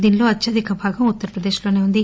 దీనిలో అత్యధిక భాగం ఉత్తర్ ప్రదేశ్ లోనే ఉంది